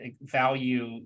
value